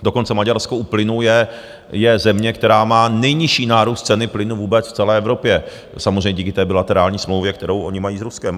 Dokonce Maďarsko u plynu je země, která má nejnižší nárůst ceny plynu vůbec v celé Evropě, samozřejmě díky té bilaterální smlouvě, kterou oni mají s Ruskem.